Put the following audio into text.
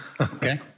Okay